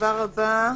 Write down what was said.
הדבר הבא,